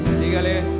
Dígale